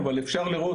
אבל אפשר לראות,